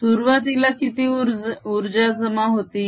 0K22 सुरुवातीला किती उर्जा जमा होती